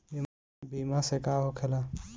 बीमा से का होखेला?